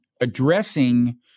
addressing